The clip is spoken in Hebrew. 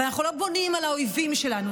אבל אנחנו לא בונים על האויבים שלנו,